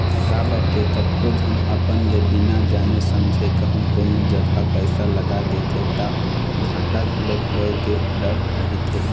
काबर के कतको झन अपन ले बिना जाने समझे कहूँ कोनो जघा पइसा लगा देथे ता घाटा घलोक होय के डर रहिथे